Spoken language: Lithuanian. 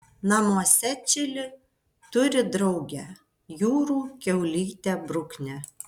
namuose čili turi draugę jūrų kiaulytę bruknę